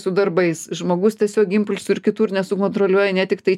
su darbais žmogus tiesiog impulsų ir kitur nesukontroliuoja ne tiktai